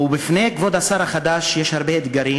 ובפני כבוד השר החדש יש הרבה אתגרים.